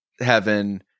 heaven